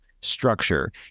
structure